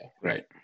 right